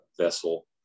vessel